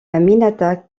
aminata